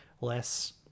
less